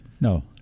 No